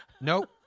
Nope